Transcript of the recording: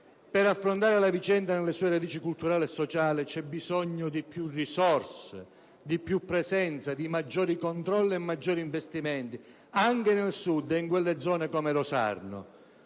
per affrontare la vicenda nelle sue radici culturali e sociali c'è bisogno di più risorse, di più presenza, di maggiori controlli e maggiori investimenti anche nel Sud e in zone come quelle